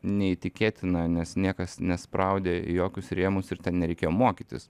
neįtikėtina nes niekas nespraudė į jokius rėmus ir ten nereikėjo mokytis